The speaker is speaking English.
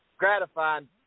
gratifying